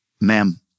ma'am